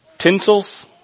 Tinsels